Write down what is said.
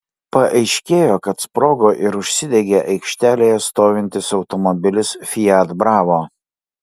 paaiškėjo kad sprogo ir užsidegė aikštelėje stovintis automobilis fiat bravo